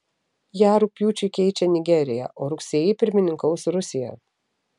ją rugpjūčiui keičia nigerija o rugsėjį pirmininkaus rusija